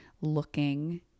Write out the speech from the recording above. looking